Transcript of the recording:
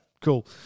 cool